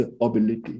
ability